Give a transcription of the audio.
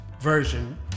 Version